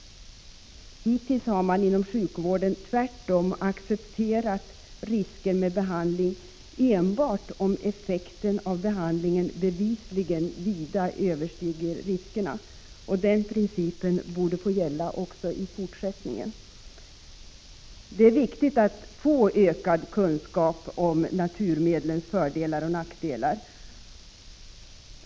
Hittills har man inom sjukvården tvärtom accepterat risker med behandling enbart om effekten av behandlingen bevisligen vida överstiger riskerna. Den principen borde få gälla också i fortsättningen. Det är viktigt att få ökad kunskap om naturmedlens fördelar och nackdelar.